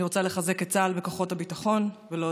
אני רוצה לחזק את צה"ל ואת כוחות הביטחון ולהודות